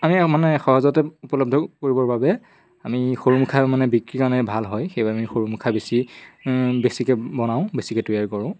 আমি মানে সহজতে উপলব্ধ কৰিবৰ বাবে আমি সৰু মুখা মানে বিক্ৰী কাৰণে ভাল হয় সেইবাবে আমি সৰু মুখা বেছি বেছিকে বনাওঁ বেছিকে তৈয়াৰ কৰোঁ